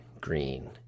green